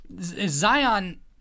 Zion